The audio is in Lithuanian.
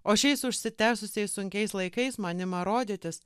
o šiais užsitęsusiais sunkiais laikais man ima rodytis